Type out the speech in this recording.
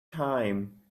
time